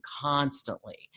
constantly